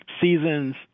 seasons